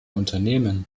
unternehmen